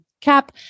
cap